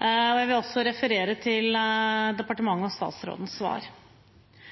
Jeg vil også referere til departementet og statsrådens svar.